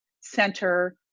center